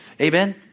Amen